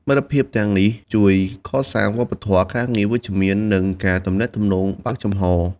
មិត្តភាពទាំងនេះជួយកសាងវប្បធម៌ការងារវិជ្ជមាន និងការទំនាក់ទំនងបើកចំហរ។